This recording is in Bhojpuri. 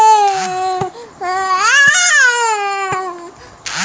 आपन देश में रोजगार के कमी होखे के चलते लोग कही अउर कमाए जाता